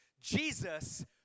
Jesus